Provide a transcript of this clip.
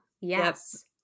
yes